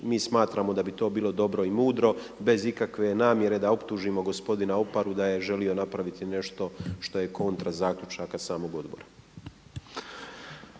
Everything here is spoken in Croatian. mi smatramo da bi to bilo dobro i mudro bez ikakve namjere da optužimo gospodina Oparu da je želio napraviti nešto što je kontra zaključaka samog odbora.